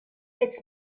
its